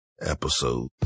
episode